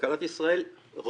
כלכלת ישראל רעה,